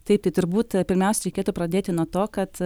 taip tai turbūt pirmiausia reikėtų pradėti nuo to kad